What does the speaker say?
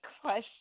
question